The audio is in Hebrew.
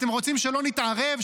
אתם רוצים שלא נתערב?